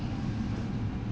they will change I think